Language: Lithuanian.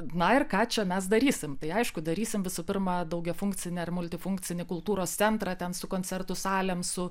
na ir ką čia mes darysim tai aišku darysim visų pirma daugiafunkcinę ir multifunkcinį kultūros centrą ten su koncertų salėm su